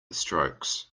strokes